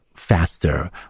faster